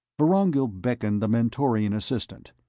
vorongil beckoned the mentorian assistant.